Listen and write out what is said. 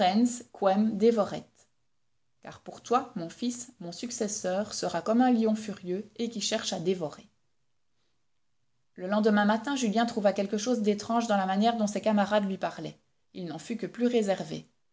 car pour toi mon fils mon successeur sera comme un lion furieux et qui cherche à dévorer le lendemain matin julien trouva quelque chose d'étrange dans la manière dont ses camarades lui parlaient il n'en fut que plus réservé